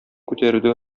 күтәрүдә